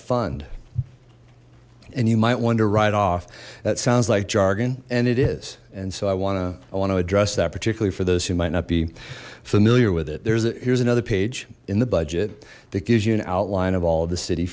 fund and you might wonder right off that sounds like jargon and it is and so i want to i want to address that particularly for those who might not be familiar with it there's a here's another page in the budget that gives you an outline of all the city